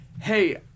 hey